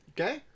Okay